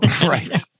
Right